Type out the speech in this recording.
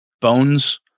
bones